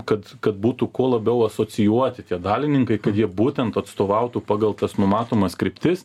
kad kad būtų kuo labiau asocijuoti tie dalininkai kad jie būtent atstovautų pagal tas numatomas kryptis